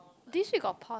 this week got pound